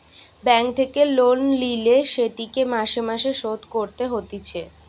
bank থেকে loan লিলে সেটিকে মাসে মাসে শোধ করতে হতিছে